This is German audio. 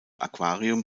aquarium